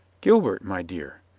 gilbert, my dear,